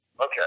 Okay